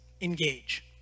engage